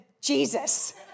Jesus